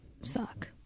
suck